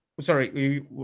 Sorry